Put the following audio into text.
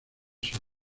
sur